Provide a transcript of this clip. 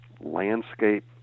landscape